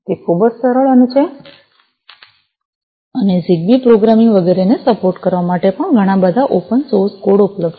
તે ખૂબ જ સરળ છે અને જિગબી પ્રોગ્રામિંગ વગેરેને સપોર્ટ કરવા માટે ઘણા બધા ઓપન સોર્સ કોડ ઉપલબ્ધ છે